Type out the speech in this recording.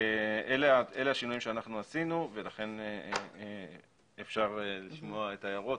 אלה השינויים שאנחנו עשינו ולכן אפשר לשמוע את ההערות.